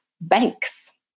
banks